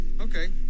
Okay